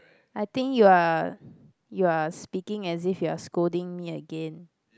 I think you are you are speaking as if you are scolding me again